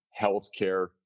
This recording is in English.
healthcare